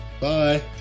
Bye